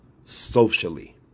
socially